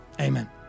Amen